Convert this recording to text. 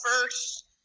first